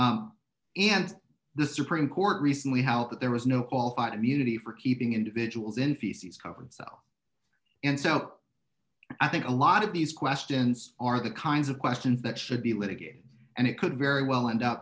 circuit and the supreme court recently helped that there was no qualified immunity for keeping individuals in feces covered so and so i think a lot of these questions are the kinds of questions that should be litigated and it could very well end